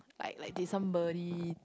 like like they somebody